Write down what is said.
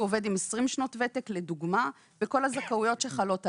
עובד עם עשרים שנות ותק וכל הזכאויות שחלות עליו.